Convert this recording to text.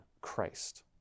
Christ